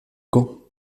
gand